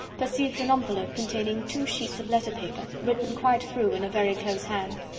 perceived an envelope containing two sheets of letter-paper, written quite through, in a very close hand.